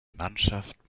mannschaft